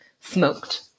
Smoked